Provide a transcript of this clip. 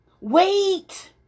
Wait